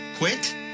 Quit